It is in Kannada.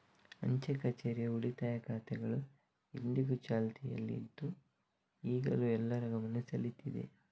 ಅಂಚೆ ಕಛೇರಿಯ ಉಳಿತಾಯ ಖಾತೆಗಳು ಇಂದಿಗೂ ಚಾಲ್ತಿಯಲ್ಲಿ ಇದ್ದು ಈಗಲೂ ಎಲ್ಲರ ಗಮನ ಸೆಳೀತಿದೆ